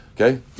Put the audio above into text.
Okay